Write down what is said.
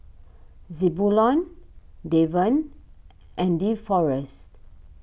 Zebulon Devan and Deforest